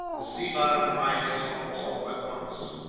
the sea bottom rises almost all at once.